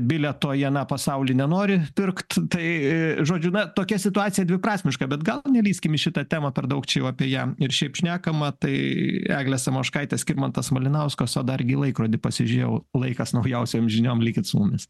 bilieto į aną pasaulį nenori pirkt tai žodžiu na tokia situacija dviprasmiška bet gal nelįskim į šitą temą per daug čia jau apie ją ir šiaip šnekama tai eglė samoškaitė skirmantas malinauskas o dar gi laikrodį pasižiūrėjau laikas naujausiom žiniom likit su mumis